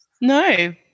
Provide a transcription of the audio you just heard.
No